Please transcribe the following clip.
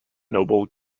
noble